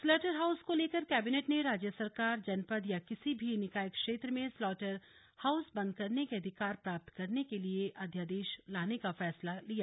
slaughter house को लेकर cabinet ने राज्य सरकार जनपद या किसी भी निकाय क्षेत्र में स्लॉटर हाउस बंद करने के अधिकार प्राप्त करने के लिए अध्यादेश लाने का फैसला लिया